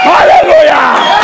Hallelujah